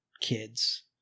kids